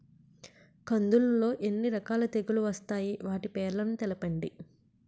కందులు లో ఎన్ని రకాల తెగులు వస్తాయి? వాటి పేర్లను తెలపండి?